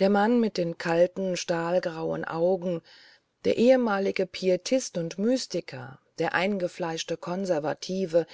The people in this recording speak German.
der mann mit den kalten stahlgrauen augen der ehemalige pietist und mystiker der eingefleischte konservative